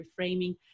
reframing